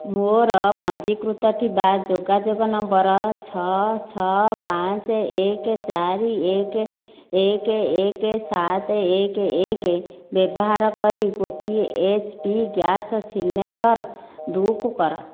ମୋର ପଞ୍ଜୀକୃତ ଥିବା ଯୋଗାଯୋଗ ନମ୍ବର ଛଅ ଛଅ ପାଞ୍ଚ ଏକ ଚାର ଏକ ଏକ ଏକ ସାତ ଏକ ଏକ ବ୍ୟବାହାର କରି ଗୋଟିଏ ଏଚ୍ପି ଗ୍ୟାସ ସିଲଣ୍ଡର ବୁକ୍ କର